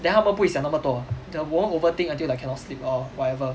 then 他们不会想那么多 they won't overthink until like cannot sleep oh whatever